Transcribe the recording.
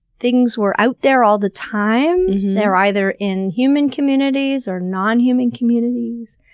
things were out there all the time. they're either in human communities or non-human communities.